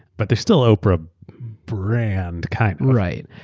but they're still oprah brand, kind of. right.